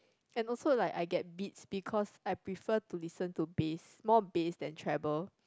and also like I get beats because I prefer to listen to bass more bass than treble